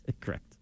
Correct